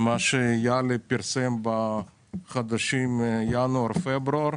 על מה שיהלי פרסם בחודשים ינואר ופברואר,